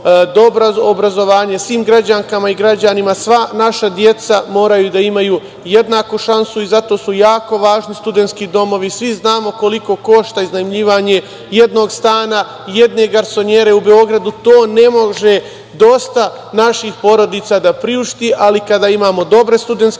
obrazovanje svim građanima i građankama, sva naša deca moraju da imaju jednaku šansu i zato su jako važni studentski domovi. Svi znamo koliko košta iznajmljivanje jednog stana, jedne garsonjere u Beogradu. To ne može dosta naših porodica da priušti. Ali, kada imamo dobre studentske domove